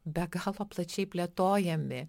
be galo plačiai plėtojami